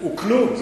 הוא כלום.